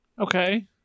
Okay